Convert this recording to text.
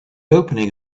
opening